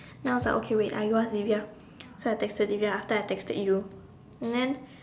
then I was like okay wait I go ask Divya so I texted Divya after I texted you and then